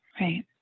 Right